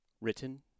Written